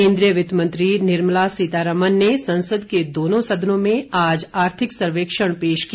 केंद्रीय वित्त मंत्री निर्मला सीतारामन ने संसद के दोनों सदनों में आज आर्थिक सर्वेक्षण पेश किया